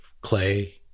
Clay